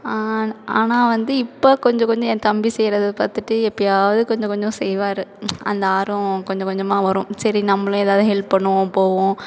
ஆனால் வந்து இப்போது கொஞ்சம் கொஞ்சம் என் தம்பி செய்கிறத பார்த்துட்டு எப்பயாவது கொஞ்சம் கொஞ்சம் செய்வார் அந்த ஆர்வம் கொஞ்சம் கொஞ்சமாக வரும் சரி நம்மளும் ஏதாவது ஹெல்ப் பண்ணுவோம் போவோம்